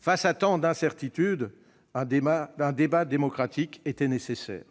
Face à tant d'incertitudes, un débat démocratique était nécessaire.